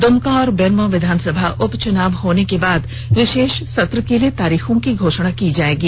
दुमका और बेरमो विधानसभा उपच्नाव होने के बाद विशेष सत्र के लिए तारीखों की घोषणा की जाएगी